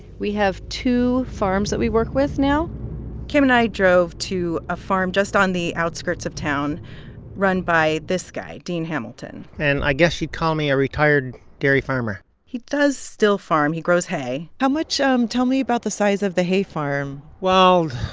we have two farms that we work with now kim and i drove to a farm just on the outskirts of town run by this guy, dean hamilton and i guess you'd call me a retired dairy farmer he does still farm. he grows hay how much um tell me about the size of the hay farm well,